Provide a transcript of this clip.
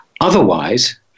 Otherwise